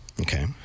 Okay